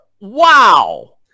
wow